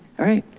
alright.